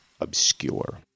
Obscure